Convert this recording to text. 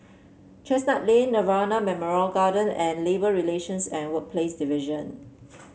Chestnut Lane Nirvana Memorial Garden and Labour Relations and Workplace Division